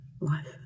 life